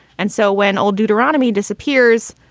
and so when old deuteronomy disappears,